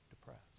depressed